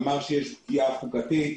אמר שיש פגיעה חוקתית,